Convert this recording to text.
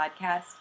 podcast